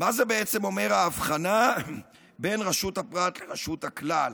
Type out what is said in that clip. מה בעצם אומרת ההבחנה בין רשות הפרט לרשות הכלל?